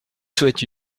souhaite